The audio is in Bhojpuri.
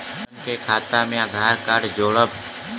हमन के खाता मे आधार कार्ड जोड़ब?